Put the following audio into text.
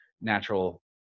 natural